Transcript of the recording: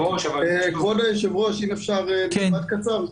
כבוד היושב ראש, אם אפשר משפט קצר?